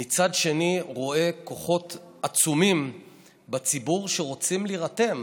ומצד שני רואה כוחות עצומים בציבור שרוצים להירתם.